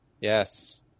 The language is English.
Yes